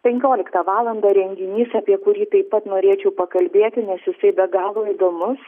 penkioliktą valandą renginys apie kurį taip pat norėčiau pakalbėti nes jisai be galo įdomus